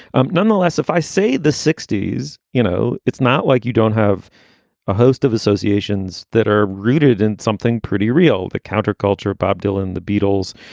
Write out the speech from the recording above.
um nonetheless, if i see the sixty s, you know, it's not like you don't have a host of associations that are rooted in something pretty real. the counterculture, bob dylan, the beatles,